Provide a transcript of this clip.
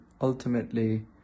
ultimately